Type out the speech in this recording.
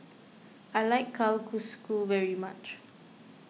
I like Kalguksu very much